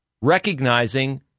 recognizing